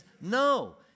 no